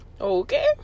Okay